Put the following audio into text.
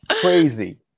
crazy